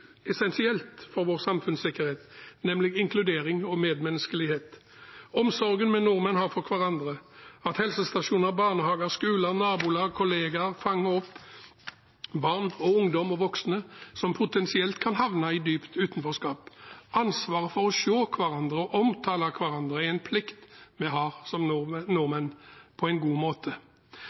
essensielt for vår samfunnssikkerhet, nemlig inkludering og medmenneskelighet – omsorgen vi nordmenn har for hverandre, at helsestasjoner, barnehager, skoler, nabolag og kolleger fanger opp barn, ungdom og voksne som potensielt kan havne i dypt utenforskap. Ansvaret for å se hverandre og omtale hverandre er en plikt vi har som nordmenn, på en god måte.